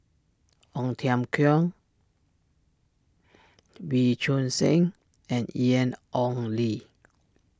Ong Tiong Khiam Wee Choon Seng and Ian Ong Li